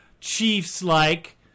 Chiefs-like